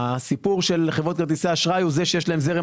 הסיפור של חברות כרטיסי האשראי הוא זה שיש להן זרם